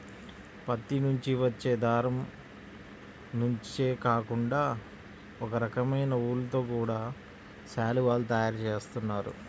పత్తి నుంచి వచ్చే దారం నుంచే కాకుండా ఒకరకమైన ఊలుతో గూడా శాలువాలు తయారు జేత్తన్నారు